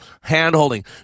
hand-holding